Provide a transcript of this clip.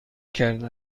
کرده